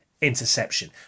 interception